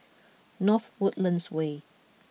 North Woodlands Way